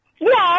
Yes